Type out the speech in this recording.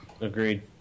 Agreed